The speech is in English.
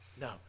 No